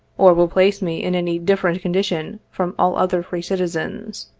or will place me in any differ ent condition from all other free citizens.